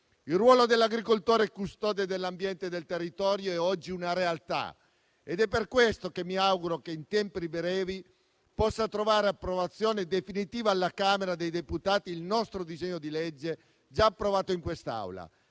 Il ruolo dell'agricoltore custode dell'ambiente e del territorio è oggi una realtà e per questo mi auguro che in tempi brevi possa trovare approvazione definitiva alla Camera dei deputati il nostro disegno di legge già approvato in quest'Aula.